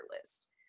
list